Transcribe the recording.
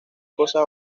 cosas